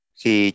khi